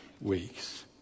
weeks